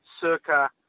circa